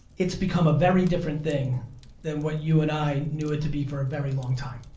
it's become a very different thing than what you and i knew it to be for a very long time.